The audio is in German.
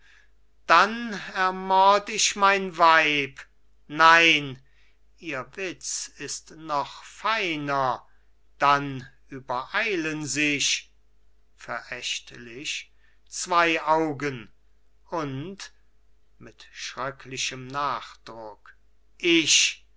dann ermord ich mein weib nein ihr witz ist noch feiner dann übereilen sich verächtlich zwei augen und mit schröcklichem nachdruck ich